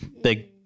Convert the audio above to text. big